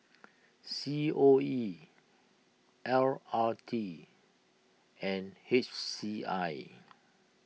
C O E L R T and H C I